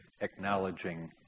acknowledging